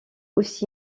aussi